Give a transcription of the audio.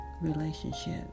relationship